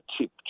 tip